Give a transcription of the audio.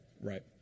Right